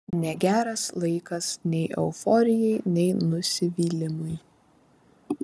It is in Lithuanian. negeras laikas nei euforijai nei nusivylimui